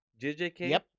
JJK